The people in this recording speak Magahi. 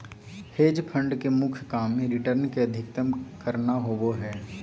हेज फंड के मुख्य काम रिटर्न के अधीकतम करना होबो हय